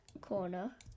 corner